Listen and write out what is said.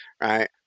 right